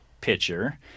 pitcher